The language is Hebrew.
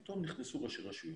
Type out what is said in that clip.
פתאום נכנסו ראשי רשויות.